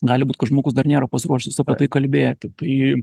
gali būt kad žmogus dar nėra pasiruošęs apie tai kalbėti į